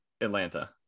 Atlanta